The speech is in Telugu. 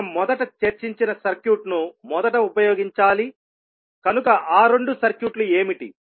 మనం మొదట చర్చించిన సర్క్యూట్ను మొదట ఉపయోగించాలికనుక ఆ రెండు సర్క్యూట్లు ఏమిటి